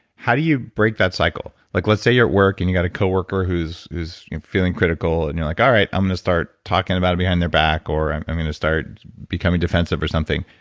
how do you break that cycle? like let's say you're at work and you got a coworker who's who's feeling critical and you're like, alright. i'm going to start talking about it behind their back, or i'm i'm going to start becoming defensive or something.